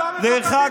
מר לוי, מר לוי,